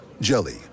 Jelly